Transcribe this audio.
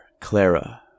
Clara